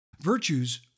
Virtues